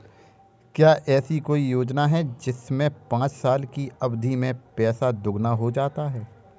क्या ऐसी कोई योजना है जिसमें पाँच साल की अवधि में पैसा दोगुना हो जाता है?